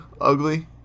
ugly